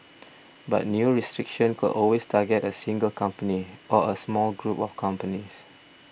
but new restrictions could always target a single company or a small group of companies